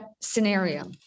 scenario